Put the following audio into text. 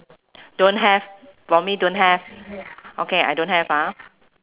don't have for me don't have okay I don't have ah